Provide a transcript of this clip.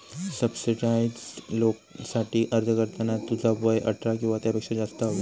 subsidised लोनसाठी अर्ज करताना तुझा वय अठरा किंवा त्यापेक्षा जास्त हव्या